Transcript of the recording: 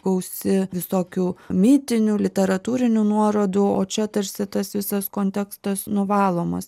gausi visokių mitinių literatūrinių nuorodų o čia tarsi tas visas kontekstas nuvalomas